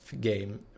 game